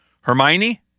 Hermione